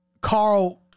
Carl